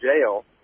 jail